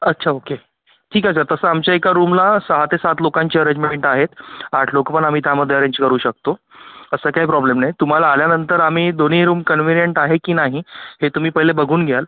अच्छा ओके ठीक आहे सर तसं आमच्या एका रूमला सहा ते सात लोकांची अरेंजमेंट आहेत आठ लोक पण आम्ही त्यामध्ये अरेंज करू शकतो तसा काही प्रॉब्लेम नाही तुम्हाला आल्यानंतर आम्ही दोन्ही रूम कन्विनियंट आहे की नाही हे तुम्ही पहिले बघून घ्याल